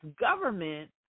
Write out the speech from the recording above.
government